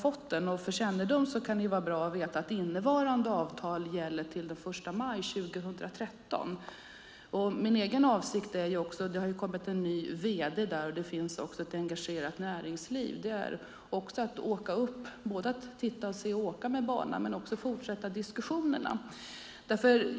Det kan vara bra att veta att innevarande avtal gäller till den 1 maj 2013. Min egen avsikt är - det har kommit en ny vd, och det finns ett engagerat näringsliv - att åka upp för att titta och åka med banan men också för att fortsätta diskussionerna.